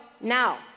Now